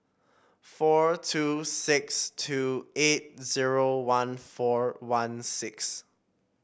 four two six two eight zero one four one six